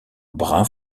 brun